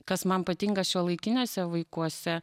kas man patinka šiuolaikiniuose vaikuose